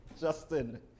Justin